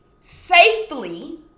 safely